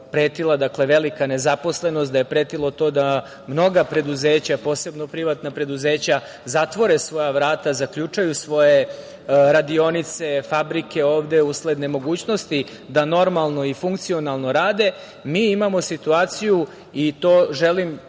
pretila velika nezaposlenosti, da je pretilo to da mnoga preduzeća, posebno privatna preduzeća zatvore svoja vrata, zaključaju svoje radionice, fabrike ovde usled nemogućnosti da normalno i funkcionalno rade, mi imamo situaciju, i to želim